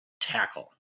tackle